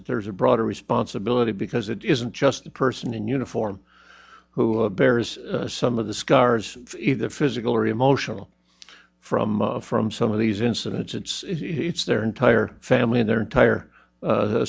that there's a broader responsibility because it isn't just a person in uniform who bears some of the scars either physical or emotional from from some of these incidents it's it's their entire family and their entire